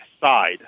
side